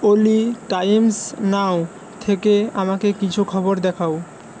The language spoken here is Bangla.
অলি টাইমস নাও থেকে আমাকে কিছু খবর দেখাও